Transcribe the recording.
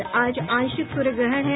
और आज आंशिक सूर्य ग्रहण है